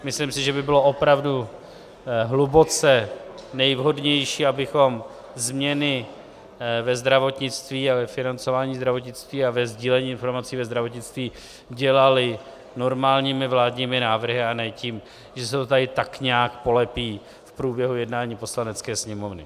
Myslím si, že by bylo opravdu hluboce nejvhodnější, abychom změny ve zdravotnictví a ve financování zdravotnictví a ve sdílení informací ve zdravotnictví dělali normálními vládními návrhy a ne tím, že se to tady tak nějak polepí v průběhu jednání Poslanecké sněmovny.